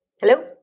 hello